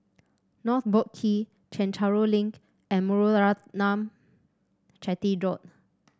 North Boat Quay Chencharu Link and Muthuraman Chetty Road